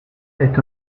est